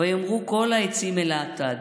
ויאמרו כל העצים אל האטד: